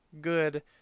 good